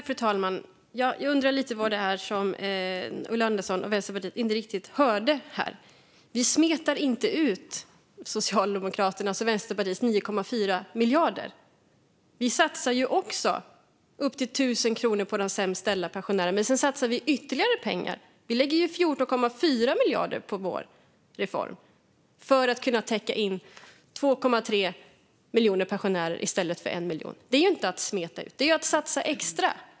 Fru talman! Jag undrar lite grann vad det är Ulla Andersson och Vänsterpartiet inte riktigt hörde. Vi smetar inte ut Socialdemokraternas och Vänsterpartiets 9,4 miljarder. Vi satsar också upp till 1 000 kronor på de sämst ställda pensionärerna, men sedan satsar vi ytterligare pengar. Vi lägger ju 14,4 miljarder på vår reform för att kunna täcka in 2,3 miljoner pensionärer i stället för 1 miljon. Det är inte att smeta ut. Det är att satsa extra.